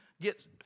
get